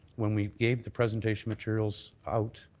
when we gave the presentation materials out,